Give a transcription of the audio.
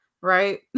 right